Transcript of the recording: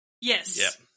Yes